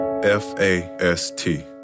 F-A-S-T